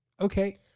Okay